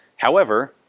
however,